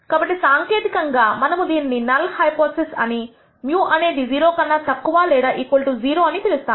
కాబట్టి సాంకేతికంగా మనము దీనిని నల్ హైపోథిసిస్ అని μఅనేది 0 కన్నా తక్కువ లేదా 0 అని పిలుస్తాము